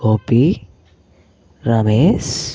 Gopi Ramesh